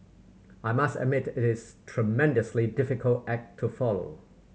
I must admit it's a tremendously difficult act to follow